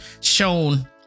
shown